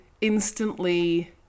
instantly